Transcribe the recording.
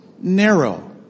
narrow